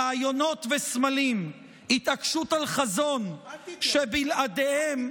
רעיונות וסמלים, התעקשות על חזון, שבלעדיהם,